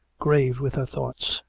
grave with her thoughts.